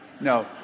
no